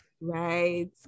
right